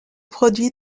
produit